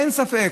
אין ספק,